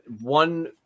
one